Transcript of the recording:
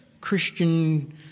Christian